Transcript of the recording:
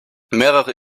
mehrere